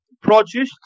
produce